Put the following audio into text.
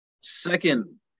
second